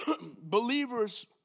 believers